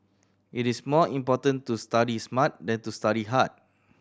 it is more important to study smart than to study hard